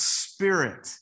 spirit